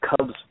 Cubs